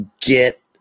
get